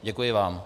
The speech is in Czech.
Děkuji vám.